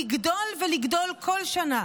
לגדול ולגדול כל שנה.